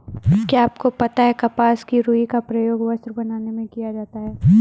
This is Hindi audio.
क्या आपको पता है कपास की रूई का प्रयोग वस्त्र बनाने में किया जाता है?